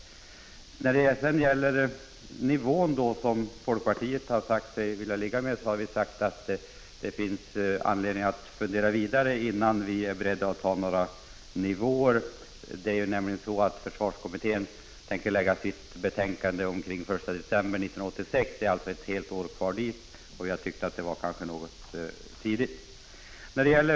När det gäller den nivå som folkpartiet vill att medelstilldelningen skall ligga på har vi sagt att det finns anledning att fundera vidare innan vi är beredda att fatta beslut om några nivåer. Försvarskommittén avser att lägga fram sitt betänkande omkring den 1 december 1986. Det är alltså ett helt år kvar dit, och vi tycker att det nu är något tidigt att ta ställning.